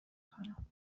کنم